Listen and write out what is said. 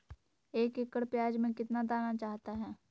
एक एकड़ प्याज में कितना दाना चाहता है?